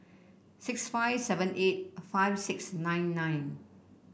six five seven eight five six nine nine